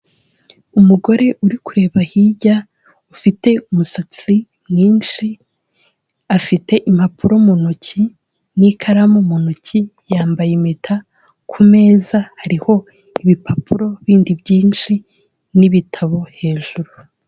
Umugore uri kureba hirya ufite umusatsi mwinshi afite impapuro mu ntoki n'ikaramu mu ntoki, yambaye impeta ku meza hariho ibipapuro bindi byinshi n'ibitabo hejuru.